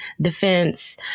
defense